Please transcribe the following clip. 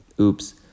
Oops